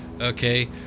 Okay